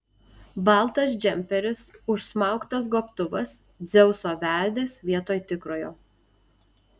baltas džemperis užsmauktas gobtuvas dzeuso veidas vietoj tikrojo